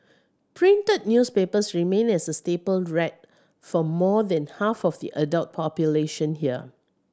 printed newspapers remain a staple read for more than half of the adult population here